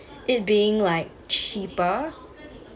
it being like cheaper